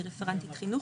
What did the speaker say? אני רפרנטית חינוך.